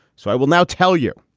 so i will now tell you.